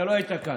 אתה לא היית כאן.